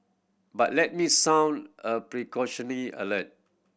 but let me sound a alert